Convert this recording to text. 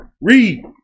Read